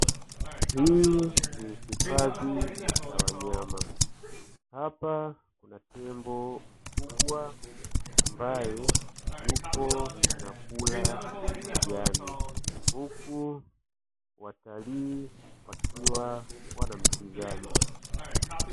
Hii ni hifadhi ya wanyama. Hapa kuna tembo mkubwa ambaye yupo anakula majani, huku watalii wakiwa wanamtizama.